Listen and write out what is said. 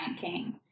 King